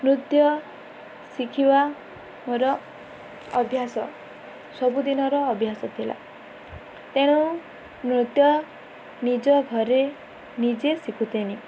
ନୃତ୍ୟ ଶିଖିବା ମୋର ଅଭ୍ୟାସ ସବୁଦିନର ଅଭ୍ୟାସ ଥିଲା ତେଣୁ ନୃତ୍ୟ ନିଜ ଘରେ ନିଜେ ଶିଖୁଥେନି